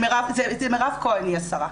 מירב כהן היא השרה.